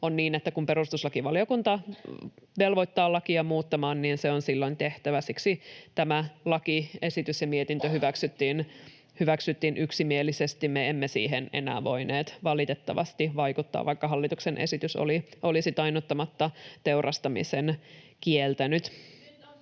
on niin, että kun perustuslakivaliokunta velvoittaa muuttamaan lakia, niin se on silloin tehtävä. Siksi tämä lakiesitys ja mietintö hyväksyttiin yksimielisesti. Me emme siihen enää voineet valitettavasti vaikuttaa, vaikka hallituksen esitys olisi tainnuttamatta teurastamisen kieltänyt.